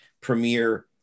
premiere